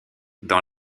dans